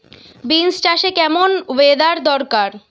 Beans চাষে কেমন weather দরকার?